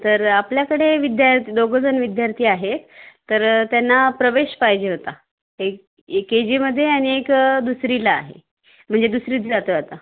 तर आपल्याकडे विद्यार् दोघंजण विद्यार्थी आहे तर त्यांना प्रवेश पाहिजे होता एक ए के जीमध्ये आणि एक दुसरीला आहे म्हणजे दुसरीत जातो आता